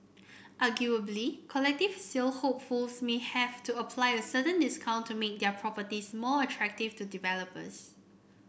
arguably collective sale hopefuls may have to apply a certain discount to make their properties more attractive to developers